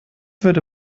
würde